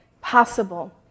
possible